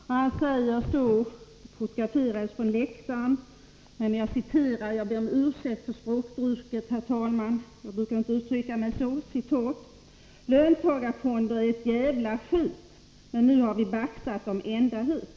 Finansministerns rim fotograferades från pressläktaren, och jag vill gärna citera det samtidigt som jag ber om ursäkt för språkbruket — jag brukar inte uttrycka mig så: ”Löntagarfonder är ett jävla skit, men nu har vi baxat dom ända hit .